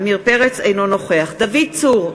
אינו נוכח דוד צור,